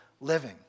living